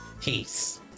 Peace